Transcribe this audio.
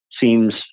seems